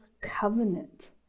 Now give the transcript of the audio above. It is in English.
covenant